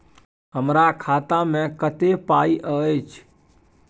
हमरा खाता में कत्ते पाई अएछ?